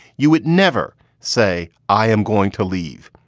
you would never say, i am going to leave.